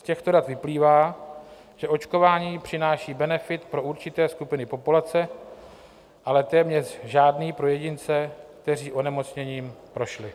Z těchto dat vyplývá, že očkování přináší benefit pro určité skupiny populace, ale téměř žádný pro jedince, kteří onemocněním prošli.